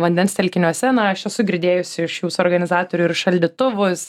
vandens telkiniuose na aš esu girdėjusi iš jūsų organizatorių ir šaldytuvus